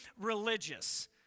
religious